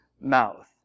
mouth